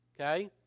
okay